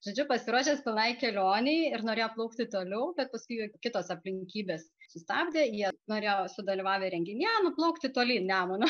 žodžiu pasiruošęs pilnai kelionei ir norėjo plaukti toliau bet paskui kitos aplinkybės sustabdė jie norėjo dalyvavę renginyje nuplaukti tolyn nemunu